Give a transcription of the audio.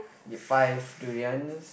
five durians